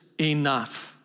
enough